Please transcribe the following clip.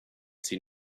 seen